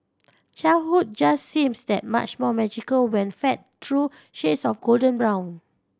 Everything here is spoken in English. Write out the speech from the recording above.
childhood just seems that much more magical when fed through shades of golden brown